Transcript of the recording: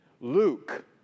Luke